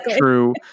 true